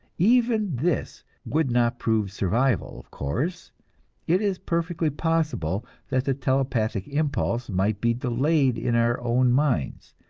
even this would not prove survival, of course it is perfectly possible that the telepathic impulse might be delayed in our own minds,